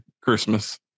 Christmas